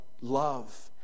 love